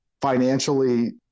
financially